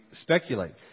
speculate